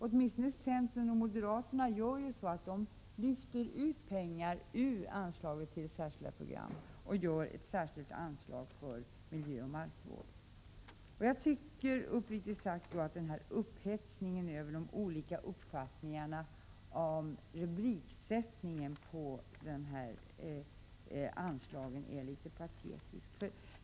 Åtminstone centern och moderaterna gör ju så att de lyfter ut pengar ur anslaget till Särskilda program och gör ett speciellt anslag för miljö och markvård. Jag tycker uppriktigt sagt att upphetsningen över de olika uppfattningarna om rubriksättningen på anslagen är litet patetisk.